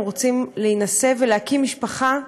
הם רוצים להינשא ולהקים משפחה,